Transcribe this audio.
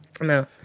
No